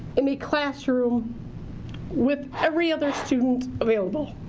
in a classroom with every other student available.